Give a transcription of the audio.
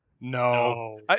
No